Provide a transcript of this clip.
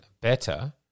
better